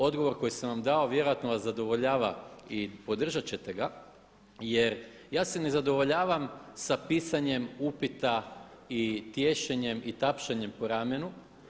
Odgovor koji sam vam dao vjerojatno vas zadovoljava i podržat ćete ga, jer ja se ne zadovoljavam sa pisanjem upita i tješenjem i tapšanjem po ramenu.